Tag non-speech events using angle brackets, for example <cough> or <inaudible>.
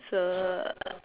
so um <noise>